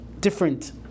different